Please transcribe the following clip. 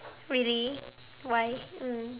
really why mm